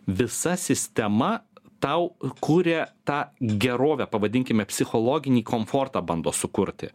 visa sistema tau kuria tą gerovę pavadinkime psichologinį komfortą bando sukurti